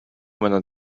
менен